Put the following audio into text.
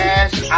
Cash